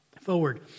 forward